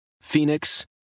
Phoenix